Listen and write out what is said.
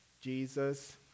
Jesus